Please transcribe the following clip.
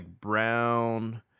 brown